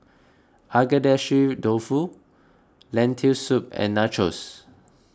Agedashi Dofu Lentil Soup and Nachos